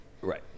Right